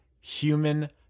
Human